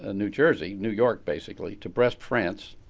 ah new jersey, new york basically to brest france,